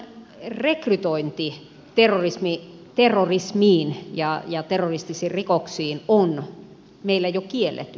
meillähän rekrytointi terrorismiin ja terroristisiin rikoksiin on jo kielletty